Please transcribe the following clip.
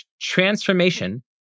transformation